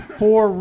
four